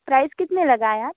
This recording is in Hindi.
प्राइज़ कितना लगाया